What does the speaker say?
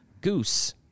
Goose